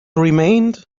remained